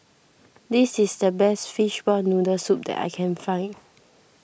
this is the best Fishball Noodle Soup that I can find